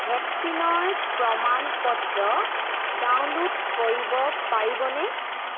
ভেকচিনৰ প্ৰমাণ পত্ৰ ডাউনল'ড কৰিব পাৰিবনে